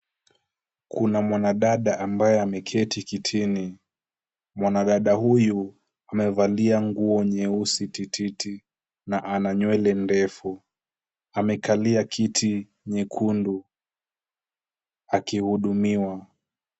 Kuna mwanadada ambaye ameketi kitini. Mwanadada huyu amevalia nguo nyeusi ti!ti!ti! na ana nywele ndefu. Amekalia kiti nyekundu akihudumiwa.